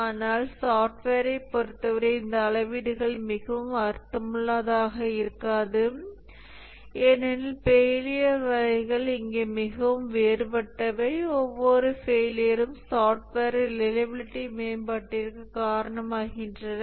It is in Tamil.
ஆனால் சாஃப்ட்வேரைப் பொறுத்தவரை இந்த அளவீடுகள் மிகவும் அர்த்தமுள்ளதாக இருக்காது ஏனெனில் ஃபெயிலியர் வகைகள் இங்கே மிகவும் வேறுபட்டவை ஒவ்வொரு ஃபெயிலியரும் சாஃப்ட்வேரில் ரிலையபிலிட்டி மேம்பாட்டிற்கு காரணமாகின்றன